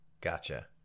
Gotcha